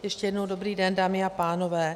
Ještě jednou dobrý den, dámy a pánové.